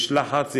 יש לחץ,